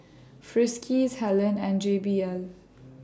Friskies Helen and J B L